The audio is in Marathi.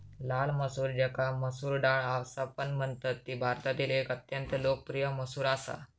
लाल मसूर ज्याका मसूर डाळ असापण म्हणतत ती भारतातील एक अत्यंत लोकप्रिय मसूर असा